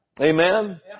Amen